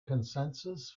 consensus